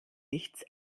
nichts